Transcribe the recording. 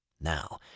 Now